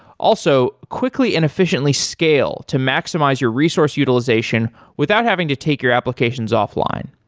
also, quickly and efficiently scale to maximize your resource utilization without having to take your applications offline.